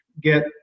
get